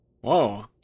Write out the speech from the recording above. Whoa